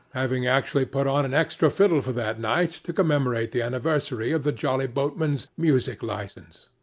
having actually put on an extra fiddle for that night, to commemorate the anniversary of the jolly boatmen's music licence.